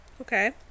Okay